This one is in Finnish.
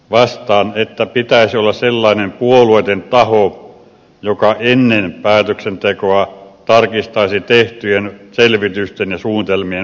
vastaan että pitäisi olla sellainen puolueeton taho joka ennen päätöksentekoa tarkistaisi tehtyjen selvitysten ja suunnitelmien paikkansapitävyyden